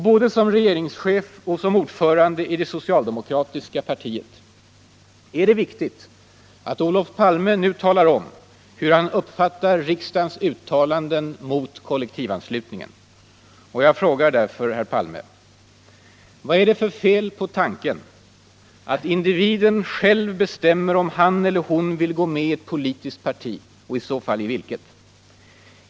Både som regeringschef och som ordförande i det socialdemokratiska partiet är det viktigt att Olof Palme nu talar om hur han uppfattar riksdagens uttalanden mot kollektivanslutningen. Jag frågar därför herr Palme: Vad är det för fel på tanken att individen själv bestämmer om han eller hon vill gå med i ett politiskt parti och i så fall vilket?